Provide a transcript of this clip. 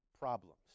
problems